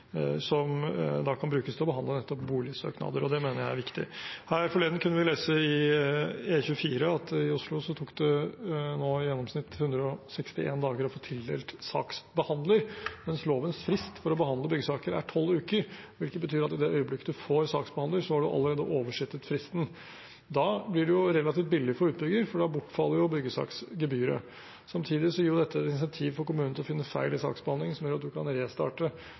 som da kan brukes til å behandle nettopp boligsøknader. Det mener jeg er viktig. Her forleden kunne vi lese i E24 at i Oslo tar det nå i gjennomsnitt 161 dager å få tildelt saksbehandler, mens lovens frist for å behandle byggesaker er tolv uker, hvilket betyr at i det øyeblikket du får saksbehandler, har du allerede oversittet fristen. Da blir det jo relativt billig for utbygger, for da bortfaller byggesaksgebyret. Samtidig gir dette et insentiv for kommunen til å finne feil i saksbehandlingen, som gjør at man kan restarte